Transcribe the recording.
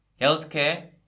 healthcare